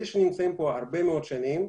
אלה שנמצאים פה הרבה מאוד שנים,